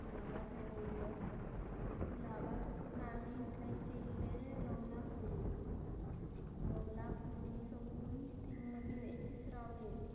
गुलाबा थंय वयल्लो गुलाबा साकून आमी ट्रॅक केल्ले रवला खोली रवला खोली साकून थिंग मागीर एक दीस रावलीं